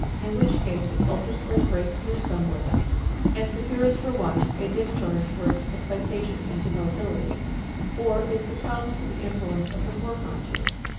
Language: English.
in which case it ultimately breaks through somewhere and secures for once a discharge for its excitation into motility or it succumbs to the influence of the foreconscious,